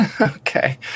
okay